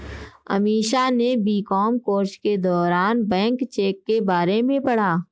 अमीषा ने BCom course के दौरान बैंक चेक के बारे में पढ़ा